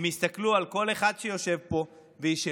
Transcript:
הם יסתכלו על כל אחד שיושב פה וישאלו: